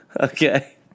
Okay